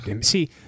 See